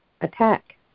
attack